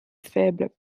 faible